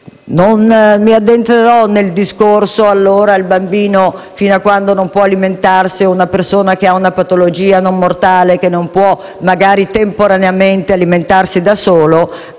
Non mi addentrerò nel discorso che anche il bambino, fino a quando non può alimentarsi, o una persona che ha una patologia non mortale e che magari non può temporaneamente alimentarsi da sola,